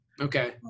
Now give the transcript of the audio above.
okay